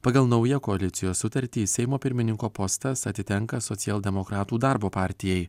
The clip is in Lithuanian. pagal naują koalicijos sutartį seimo pirmininko postas atitenka socialdemokratų darbo partijai